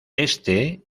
este